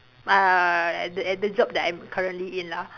uh at the at the job that I'm currently in lah